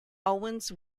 owens